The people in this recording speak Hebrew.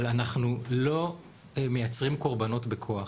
אבל אנחנו לא מייצרים קורבנות בכוח.